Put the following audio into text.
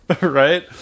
right